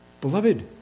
Beloved